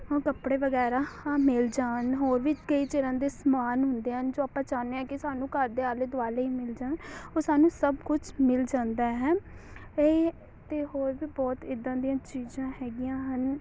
ਹਾਂ ਕੱਪੜੇ ਵਗੈਰਾ ਹਾਂ ਮਿਲ ਜਾਣ ਹੋਰ ਵੀ ਕਈ ਤਰ੍ਹਾਂ ਦੇ ਸਮਾਨ ਹੁੰਦੇ ਹਨ ਜੋ ਆਪਾਂ ਚਾਹੁੰਦੇ ਹਾਂ ਕਿ ਸਾਨੂੰ ਘਰ ਦੇ ਆਲੇ ਦੁਆਲੇ ਹੀ ਮਿਲ ਜਾਣ ਉਹ ਸਾਨੂੰ ਸਭ ਕੁਛ ਮਿਲ ਜਾਂਦਾ ਹੈ ਇਹ ਅਤੇ ਹੋਰ ਵੀ ਬਹੁਤ ਇੱਦਾਂ ਦੀਆਂ ਚੀਜ਼ਾਂ ਹੈਗੀਆਂ ਹਨ